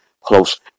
close